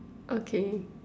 okay